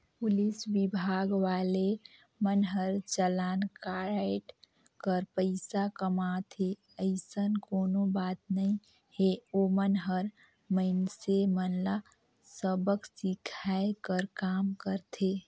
police विभाग वाले मन हर चलान कायट कर पइसा कमाथे अइसन कोनो बात नइ हे ओमन हर मइनसे मन ल सबक सीखये कर काम करथे